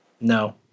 No